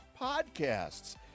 podcasts